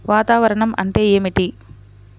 వాతావరణం అంటే ఏమిటి?